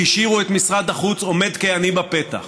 והשאירו את משרד החוץ עומד כעני בפתח.